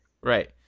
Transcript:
right